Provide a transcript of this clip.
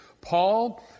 Paul